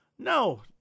No